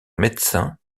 médecin